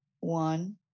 one